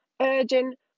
urgent